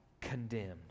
condemned